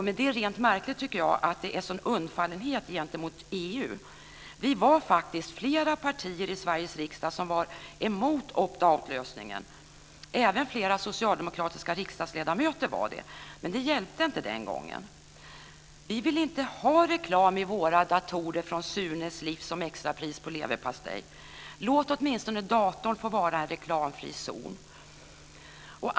Det är rent märkligt att det är en sådan undfallenhet gentemot EU. Vi var faktiskt flera partier i Sveriges riksdag som var emot opt out-lösningen. Även flera socialdemokratiska riksdagsledamöter var det, men det hjälpte inte den gången. Vi vill inte ha reklam i våra datorer från Sunes Livs om extrapris på leverpastej. Låt åtminstone datorn få vara en reklamfri zon!